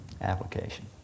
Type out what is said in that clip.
application